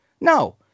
No